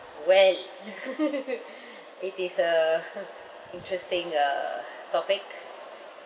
well it is a interesting uh topic